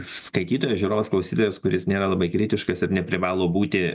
skaitytojas žiūrovas klausytojas kuris nėra labai kritiškas ir neprivalo būti